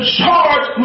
charge